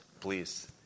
please